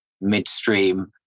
midstream